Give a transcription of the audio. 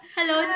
Hello